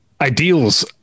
ideals